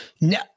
No